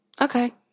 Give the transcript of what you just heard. Okay